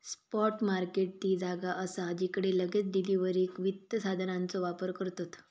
spot market ती जागा असा जिकडे लगेच डिलीवरीक वित्त साधनांचो व्यापार करतत